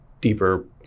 deeper